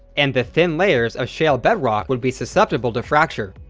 and the thin layers of shale bedrock would be susceptible to fracture.